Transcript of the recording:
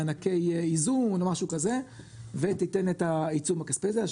מענקי איזון או משהו כזה ותיתן את העיצום הכספי הזה.